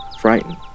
frightened